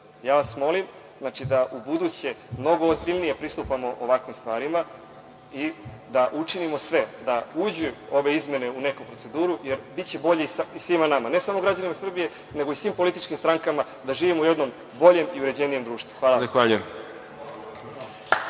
Ja vas molim da ubuduće mnogo ozbiljnije pristupamo ovakvim stvarima i da učinimo sve da uđu ove izmene u neku proceduru, jer biće bolje svima nama, ne samo građanima Srbije, nego svim političkim strankama, da živimo u jednom boljem i uređenijem društvu. Hvala.